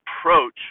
approach